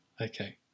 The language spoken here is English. Okay